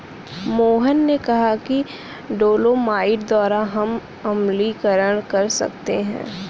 मोहन ने कहा कि डोलोमाइट द्वारा हम अम्लीकरण कर सकते हैं